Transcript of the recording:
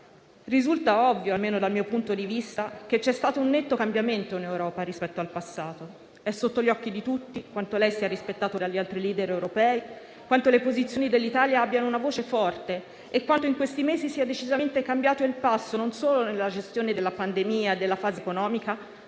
Risulta ovvio, almeno dal mio punto di vista, che c'è stato un netto cambiamento in Europa rispetto al passato. È sotto gli occhi di tutti quanto lei sia rispettato dagli altri *leader* europei, quanto le posizioni dell'Italia abbiano una voce forte e quanto in questi mesi sia decisamente cambiato il passo, non solo nella gestione della pandemia e della fase economica,